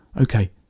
Okay